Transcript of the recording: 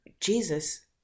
jesus